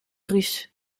russe